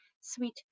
sweet